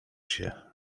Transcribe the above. się